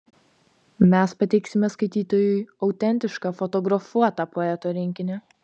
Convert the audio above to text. mes pateiksime skaitytojui autentišką fotografuotą poeto rinkinį